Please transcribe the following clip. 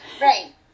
right